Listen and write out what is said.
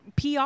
PR